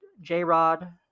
J-Rod